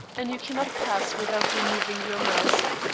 and you cannot pass without removing your mask.